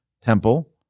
temple